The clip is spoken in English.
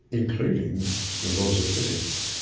including the laws of physics